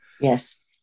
yes